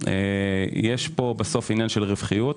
אדוני היושב-ראש,